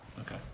Okay